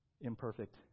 imperfect